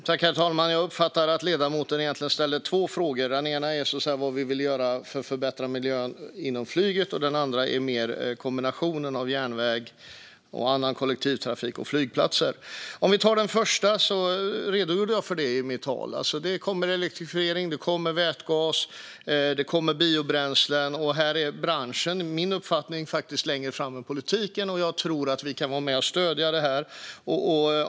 Herr talman! Jag uppfattar att ledamoten egentligen ställde två frågor. Den ena handlar om vad vi vill göra inom flyget för att förbättra miljön och den andra om kombinationen av järnväg och annan kollektivtrafik och flygplatser. När det gäller den första frågan redogjorde jag för detta i mitt tal. Det kommer elektrifiering, vätgas och biobränslen. Här är branschen enligt min uppfattning faktiskt längre fram än politiken. Jag tror att vi kan vara med och stödja detta.